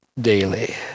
daily